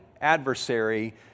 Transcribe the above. adversary